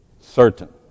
certain